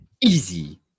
Easy